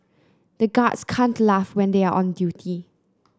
the guards can't laugh when they are on duty